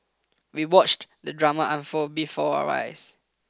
we watched the drama unfold before our eyes